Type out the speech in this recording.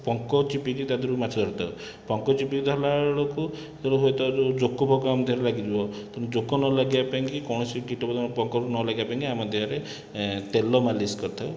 ପଙ୍କ ଚିପିକି ତା ଦିହରୁ ମାଛ ଧରିଥାଉ ପଙ୍କ ଚିପିକି ଧରିଲାବେଳକୁ ହୁଏ ତ ଜୋକ ଫୋକ ଆମ ଦେହରେ ଲାଗିଯିବ ତେଣୁ ଜୋକ ନ ଲାଗିବା ପାଇଁକି କୌଣସି କୀଟପତଙ୍ଗ ପୋକ ନଲାଗିବା ପାଇଁକି ଆମ ଦେହରେ ତେଲ ମାଲିସ୍ କରିଥାଉ